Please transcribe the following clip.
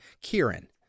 Kieran